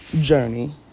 journey